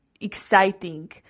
exciting